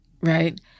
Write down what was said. right